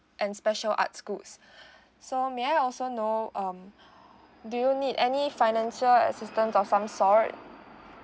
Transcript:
and special arts schools so may I also know um or do you need any financial assistance or some sort